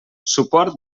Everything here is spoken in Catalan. suport